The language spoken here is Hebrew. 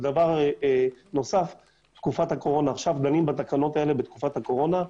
עכשיו דנים בתקנות האלה בתקופת הקורונה.